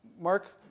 Mark